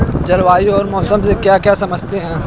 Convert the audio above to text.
जलवायु और मौसम से आप क्या समझते हैं?